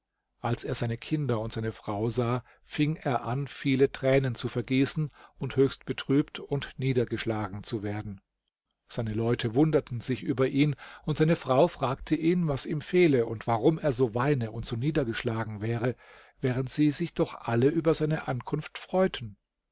als er seine kinder und seine frau sah fing er an viele tränen zu vergießen und höchst betrübt und niedergeschlagen zu werden seine leute wunderten sich über ihn und seine frau fragte ihn was ihm fehle und warum er so weine und so niedergeschlagen wäre während sie sich doch alle über seine ankunft freuten